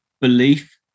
belief